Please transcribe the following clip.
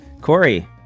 Corey